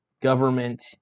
government